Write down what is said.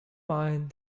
mind